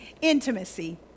Intimacy